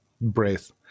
breath